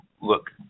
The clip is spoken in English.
look